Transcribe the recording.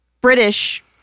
British